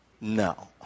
no